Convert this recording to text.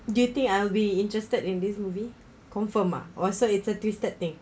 do you think I'll be interested in this movie confirm ah also is a twisted thing